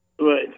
Right